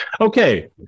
Okay